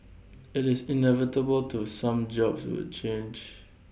IT is inevitable to some jobs will change